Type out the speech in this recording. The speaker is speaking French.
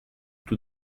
tout